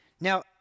Now